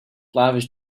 lavish